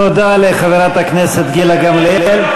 תודה לחברת הכנסת גילה גמליאל.